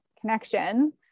connection